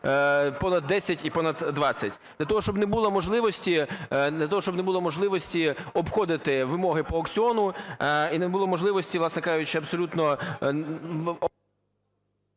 понад 10 і понад 20. Для того, щоб не було можливості обходити вимоги по аукціону і не було можливості, власне кажучи, абсолютно…